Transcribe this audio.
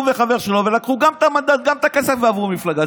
הוא וחבר שלו לקחו גם את המנדט וגם את הכסף ועברו מפלגה.